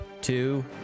two